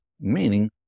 meaning